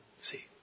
see